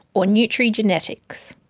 or nutrigenetics.